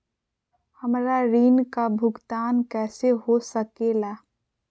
हमरा ऋण का भुगतान कैसे हो सके ला?